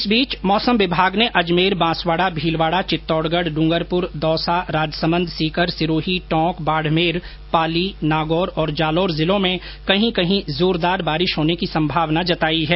इस बीच मौसम विभाग ने अजमेर बांसवाड़ा भीलवाड़ा चित्तौडगढ डुंगरपुर दौसा राजसमंद सीकर सिरोही टोंक बाड़मेर पाली नागौर और जालौर जिलों में कहीं कहीं जोरदार बारिश होने की संभावना जताई है